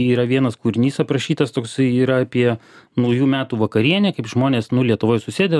yra vienas kūrinys aprašytas toksai yra apie naujų metų vakarienė kaip žmonės nu lietuvoj susėdę